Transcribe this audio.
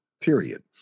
period